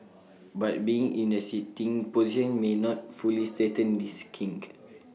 but being in A sitting position may not fully straighten this kink